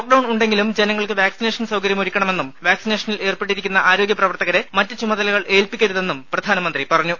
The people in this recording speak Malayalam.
ലോക്ഡൌൺ ഉണ്ടെങ്കിലും ജനങ്ങൾക്ക് വാക്സിനേഷൻ സൌകര്യം ഒരുക്കണമെന്നും വാക്സിനേഷനിൽ ഏർപ്പെട്ടിരിക്കുന്ന ആരോഗ്യ പ്രവർത്തകരെ മറ്റ് ചുമതലകൾ ഏൽപ്പിക്കരുതെന്നും പ്രധാനമന്ത്രി പറഞ്ഞു